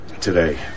today